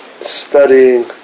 studying